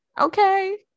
Okay